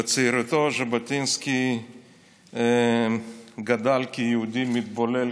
בצעירותו ז'בוטינסקי גדל כיהודי מתבולל,